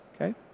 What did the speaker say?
okay